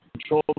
control